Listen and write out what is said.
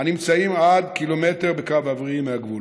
הנמצאים עד קילומטר אחד בקו אווירי מהגבול.